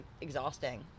exhausting